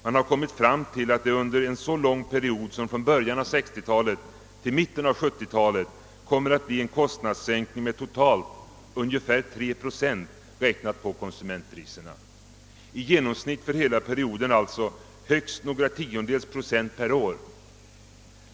Man har kommit fram till att det under en så lång period som från början av 1960-talet till mitten av 1970-talet kommer att bli en kostnadssänkning med totalt ungefär 3 procent, räknat på konsumentpriserna, i genomsnitt för hela perioden alltså högst några tiondels procent per år.